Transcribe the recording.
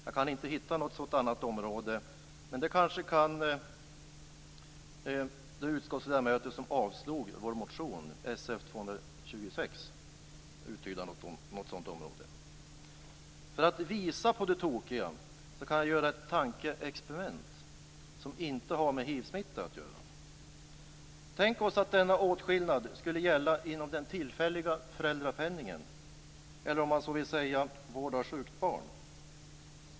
Jag kan inte hitta något sådant område, men det kan kanske de utskottsledamöter som avstyrkt vår motion Sf226 göra. För att visa på det tokiga i detta sammanhang kan jag göra ett tankeexperiment som inte har med hivsmitta att göra. Tänk er att denna åtskillnad skulle gälla inom den tillfälliga föräldrapenningen eller, om man så vill uttrycka det, vid vård av sjukt barn!